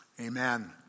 Amen